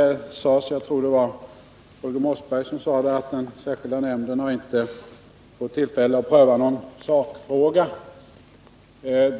Jag tror att det var Holger Mossberg som sade att den särskilda nämnden inte har fått tillfälle att pröva någon sakfråga.